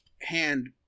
hand-